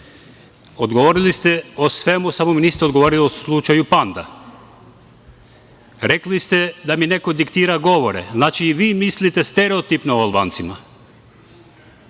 žive."Odgovorili ste o svemu, samo mi niste odgovorili o slučaju „Panda“.Rekli ste da mi neko diktira govore. Znači, i vi mislite stereotipno o Albancima. Saranda